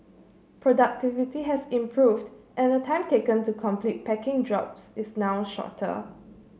productivity has improved and the time taken to complete packing jobs is now shorter